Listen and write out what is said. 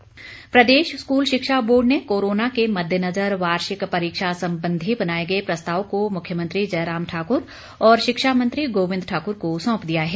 board परीक्षा प्रदेश school शिक्षा बोर्ड ने कोरोना के मद्देनज़र वार्षिक परीक्षा संबंधी बनाए गए प्रस्ताव को मुख्यमंत्री जयराम ठाकुर व शिक्षा मंत्री गोबिंद ठाकुर को सौंप दिया है